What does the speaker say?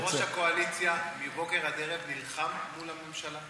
יושב-ראש הקואליציה נלחם מבוקר עד ערב מול הממשלה.